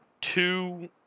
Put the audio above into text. two